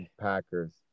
Packers